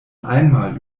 einmal